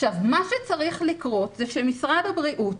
מה שצריך לקרות זה שמשרד הבריאות,